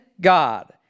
God